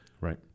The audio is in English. Right